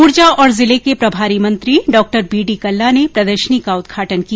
ऊर्जा और जिले के प्रभारी मंत्री डॉ बी डी कल्ला ने प्रदर्शनी का उद्घाटन किया